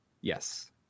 Yes